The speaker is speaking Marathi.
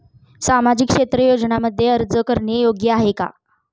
सामाजिक क्षेत्र योजनांमध्ये अर्ज करणे योग्य आहे का?